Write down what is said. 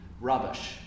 rubbish